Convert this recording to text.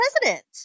president